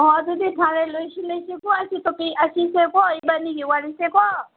ꯑꯣ ꯑꯗꯨꯗꯤ ꯐꯔꯦ ꯂꯣꯏꯁꯤꯜꯂꯁꯤꯀꯣ ꯑꯁꯤ ꯇꯣꯄꯤꯛ ꯑꯁꯤꯁꯦꯀꯣ ꯏꯕꯥꯅꯤꯒꯤ ꯋꯥꯔꯤꯁꯦꯀꯣ